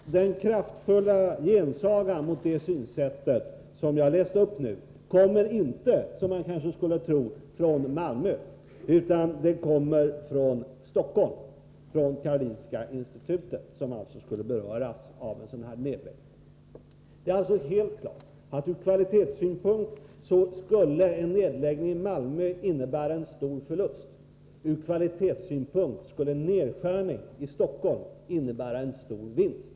Den kraftfulla gensagan mot det synsättet — jag har nyss citerat vad man uttalat — kommer inte, vilket man kanske kunde tro, från Malmö utan från Stockholm. Det är Karolinska institutet som protesterar, eftersom det skulle beröras av en nedläggning. Det är alltså helt klart att en nedläggning i Malmö ur kvalitetssynpunkt skulle innebära en stor förlust. Men i Stockholm skulle en nedskärning ur kvalitetssynpunkt innebära en stor vinst.